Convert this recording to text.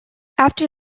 after